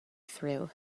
through